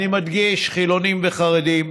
אני מדגיש: חילונים וחרדים,